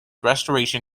restoration